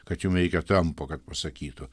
kad jum reikia trampo kad pasakytų